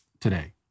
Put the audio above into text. today